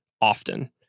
often